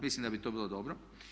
Mislim da bi to bilo dobro.